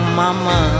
mama